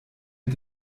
mit